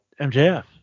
MJF